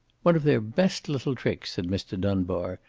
one of their best little tricks, said mr. dunbar,